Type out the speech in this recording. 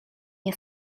nie